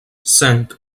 cinq